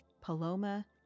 Paloma